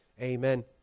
amen